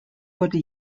wurde